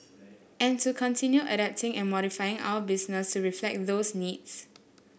and to continue adapting and modifying our business to reflect those needs